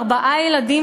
ארבעה ילדים,